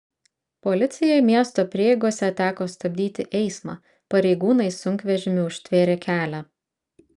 policijai miesto prieigose teko stabdyti eismą pareigūnai sunkvežimiu užtvėrė kelią